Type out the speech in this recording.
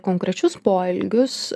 konkrečius poelgius